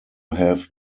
have